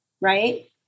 right